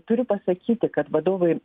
turiu pasakyti kad vadovai